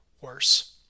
worse